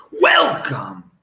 Welcome